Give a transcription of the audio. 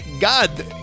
God